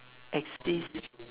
exist